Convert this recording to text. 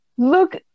Look